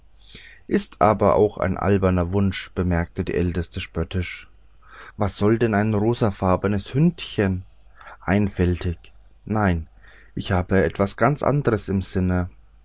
ist auch ein alberner wunsch bemerkte die älteste spöttisch was soll denn ein rosenfarbenes hündchen einfältig nein ich hab etwas ganz andres im sinne